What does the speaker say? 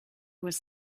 was